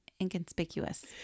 inconspicuous